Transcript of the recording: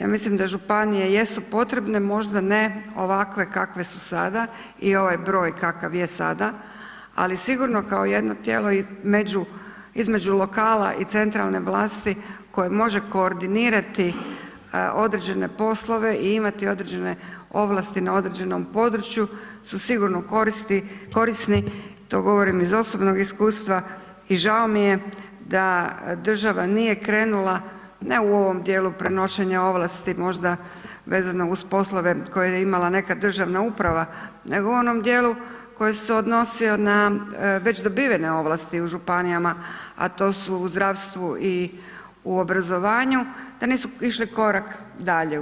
Ja mislim da županije jesu potrebne, možda ne ovakve kakve su sada i ovaj broj kakav je sada, ali sigurno kao jedno tijelo i među, između lokala i centralne vlasti koja može koordinirati određene poslove i imati određene ovlasti na određenom području su sigurno korisni, to govorim iz osobnog iskustva i žao mi je da država nije krenula, ne u ovom dijelu prenošenja ovlasti možda vezano uz poslove koja je imala nekad državna uprava, nego u onom dijelu koji se odnosio na već dobivene ovlasti u županijama, a to su u zdravstvu i obrazovanju te nisu išli korak dalje